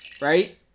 right